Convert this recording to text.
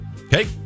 Okay